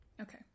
Okay